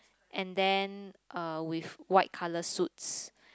and then uh with white colour suits